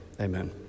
Amen